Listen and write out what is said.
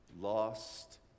Lost